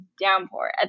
downpour